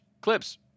Clips